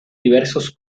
diversos